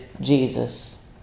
Jesus